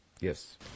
Yes